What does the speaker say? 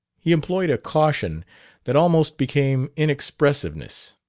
he employed a caution that almost became inexpressiveness.